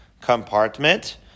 compartment